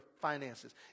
finances